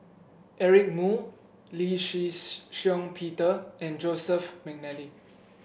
Eric Moo Lee Shih Shiong Peter and Joseph McNally